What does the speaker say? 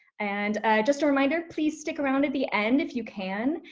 and just a reminder please stick around at the end if you can.